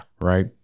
Right